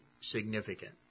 significant